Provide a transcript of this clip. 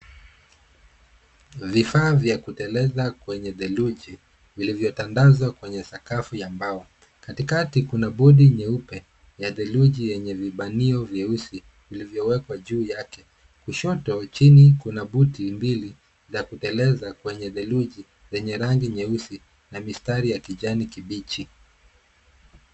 Vifaa vya kuteleza kwenye theluji vilivyotandazwa kwenye sakafu ya mbao. Katikati kuna bodi nyeupe ya theluji yenye vibanio nyeusi vilivyowekwa juu yake. Kushoto chini kuna buti mbili za kuteleza kwenye theluji zenye rangi nyeusi na mistari ya kijani kibichi.